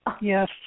Yes